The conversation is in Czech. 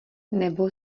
nebo